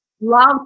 love